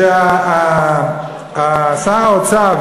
ששר האוצר,